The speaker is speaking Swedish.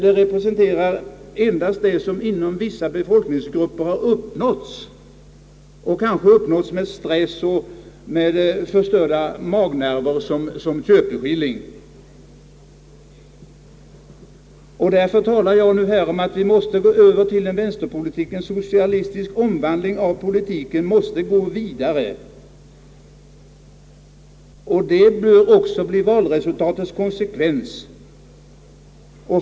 Det representerar endast det som inom vissa befolkningsgrupper har uppnåtts och som kanske har uppnåtts med stress och förstörda magnerver som köpeskilling. Därför talar jag nu här om att vi måste gå över till en vänsterpolitik. En socialistisk omvandling av politiken måste gå vidare. Det bör också bli valresultatets konsekvens.